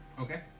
Okay